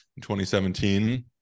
2017